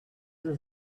this